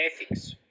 ethics